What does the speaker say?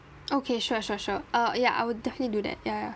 okay sure sure sure uh ya I would definitely do that ya